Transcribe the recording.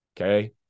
Okay